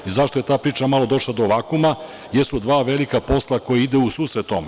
I zašto je sad ta priča malo došla do vakuuma jesu dva velika posla koja idu u susret tome.